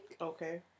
Okay